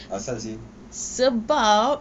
asal seh